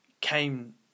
came